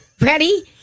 Ready